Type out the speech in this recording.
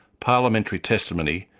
parliamentary testimony,